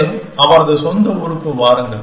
மேலும் அவரது சொந்த ஊருக்கு வாருங்கள்